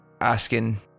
asking